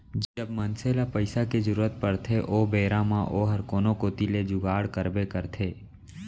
जब मनसे ल पइसा के जरूरत परथे ओ बेरा म ओहर कोनो कोती ले जुगाड़ करबे करथे